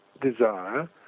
desire